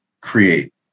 create